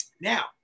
now